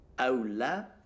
Aula